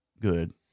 good